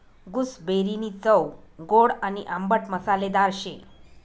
गूसबेरीनी चव गोड आणि आंबट मसालेदार शे